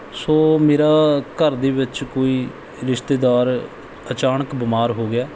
ਸੋ ਮੇਰਾ ਘਰ ਦੇ ਵਿੱਚ ਕੋਈ ਰਿਸ਼ਤੇਦਾਰ ਅਚਾਨਕ ਬਿਮਾਰ ਹੋ ਗਿਆ